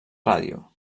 ràdio